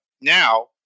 now